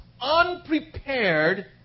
unprepared